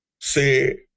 say